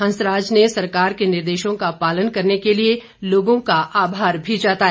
हंसराज ने सरकार के निर्देशों का पालन करने के लिए लोगों का आभार भी जताया